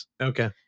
Okay